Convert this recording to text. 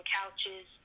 couches